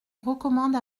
recommande